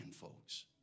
folks